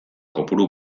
kopuru